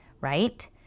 right